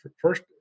first